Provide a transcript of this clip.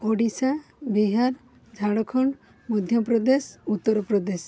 Odisha Bihar Jharkhand Madhya Pradesh Uttar Pradesh